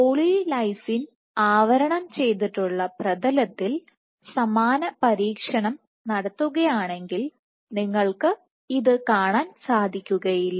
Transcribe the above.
poly lysine ആവരണം ചെയ്തിട്ടുള്ള പ്രതലത്തിൽ സമാന പരീക്ഷണം നടത്തുകയാണെങ്കിൽ നിങ്ങൾക്ക് ഇത് കാണാൻ സാധിക്കുകയില്ല